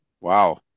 Wow